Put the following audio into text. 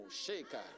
shaker